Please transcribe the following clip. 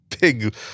big